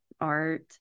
art